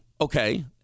Okay